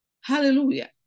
Hallelujah